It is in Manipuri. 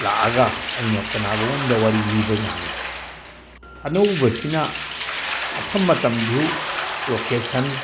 ꯂꯥꯛꯑꯒ ꯑꯩꯅ ꯀꯅꯥꯒꯨꯝꯕ ꯑꯃꯗ ꯋꯥꯔꯤ ꯂꯤꯕ ꯉꯝꯃꯤ ꯑꯅꯧꯕꯁꯤꯅ ꯃꯐꯝ ꯃꯇꯝꯗꯨ ꯔꯣꯀꯦꯁꯟ